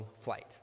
flight